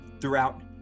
throughout